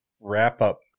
wrap-up